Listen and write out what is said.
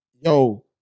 Yo